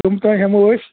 جۄم تام ہیمو أسۍ